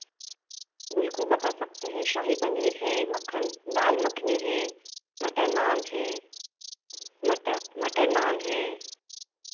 बिलकुल बता सकते हैं शाही पनीर है मक्खन दाल मखनी है बटन नान है मटर मटर नान है